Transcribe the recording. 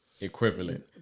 equivalent